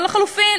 או לחלופין,